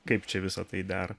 kaip čia visa tai dar